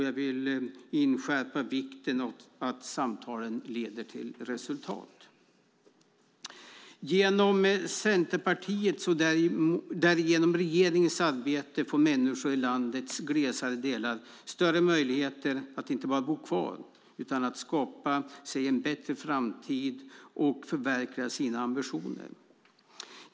Jag vill inskärpa vikten av att samtalen leder till resultat. Genom Centerpartiets och därigenom regeringens arbete får människor i landets glesare delar större möjligheter att inte bara bo kvar utan också skapa sig en bättre framtid och förverkliga sina ambitioner.